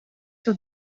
sur